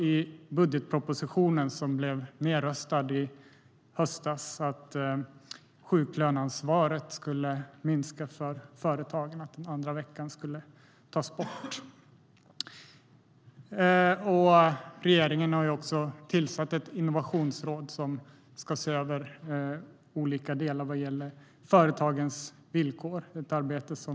I budgetpropositionen, som blev nedröstad i höstas, aviserades också att sjuklöneansvaret skulle minska för företagen genom att den andra veckan tas bort. Regeringen har tillsatt ett innovationsråd som ska se över olika delar som gäller företagens villkor.